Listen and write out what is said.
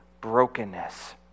brokenness